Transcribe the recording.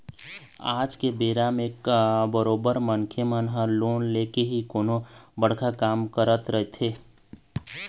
आज के बेरा म बरोबर मनखे मन ह लोन लेके ही कोनो बड़का काम ल करथे